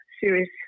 serious